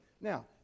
Now